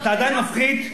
אתה עדיין מפחית,